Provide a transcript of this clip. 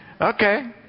okay